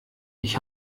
ich